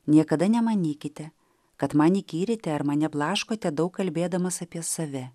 niekada nemanykite kad man įkyrite ar mane blaškote daug kalbėdamas apie save